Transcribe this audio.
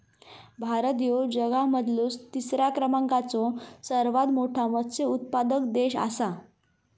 भारत ह्यो जगा मधलो तिसरा क्रमांकाचो सर्वात मोठा मत्स्य उत्पादक देश आसा